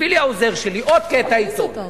הביא לי העוזר שלי עוד קטע עיתון,